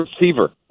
receiver